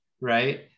right